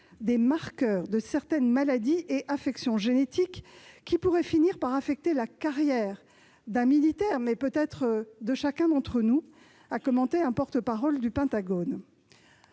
des marqueurs de certaines maladies et affections génétiques qui pourraient finir par affecter la carrière d'un militaire, comme celle de chacun d'entre nous, a commenté un porte-parole du Pentagone.